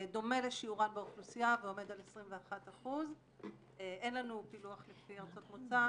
דומה לשיעורן באוכלוסייה ועומד על 21%. אין לנו פילוח לפי ארצות מוצא.